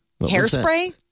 Hairspray